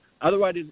Otherwise